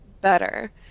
better